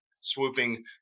swooping